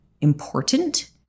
important